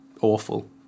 awful